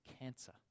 cancer